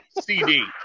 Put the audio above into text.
CD